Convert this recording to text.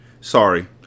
Sorry